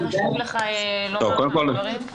היה חשוב לך לומר דברים.